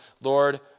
Lord